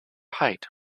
height